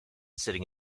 sitting